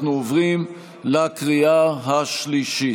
אנחנו עוברים לקריאה השלישית.